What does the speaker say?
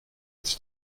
its